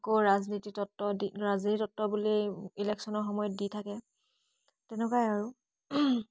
আকৌ ৰাজনীতি তত্ব দি ৰাজনীতি তত্ব বুলি ইলেকশ্যনৰ সময়ত দি থাকে তেনেকুৱাই আৰু